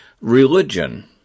Religion